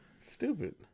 Stupid